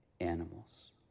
animals